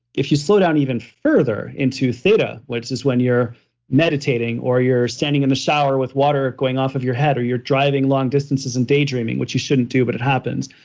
if you slow down even further into theta, which is when you're meditating or you're standing in the shower with water going off of your head or you're driving long distances and daydreaming, which you shouldn't do, but it happens.